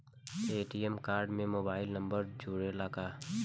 ATM card में mobile number जुरेला का?